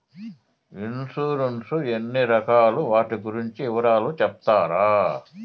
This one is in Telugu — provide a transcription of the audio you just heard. ఇన్సూరెన్సు ఎన్ని రకాలు వాటి గురించి వివరాలు సెప్తారా?